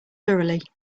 thoroughly